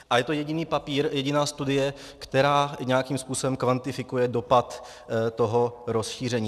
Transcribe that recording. A je to jediný papír, jediná studie, která nějakým způsobem kvantifikuje dopad toho rozšíření.